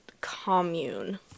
commune